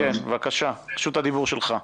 בבקשה, רשות הדיבור שלך.